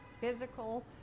physical